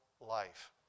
life